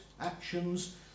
actions